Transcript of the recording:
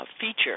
feature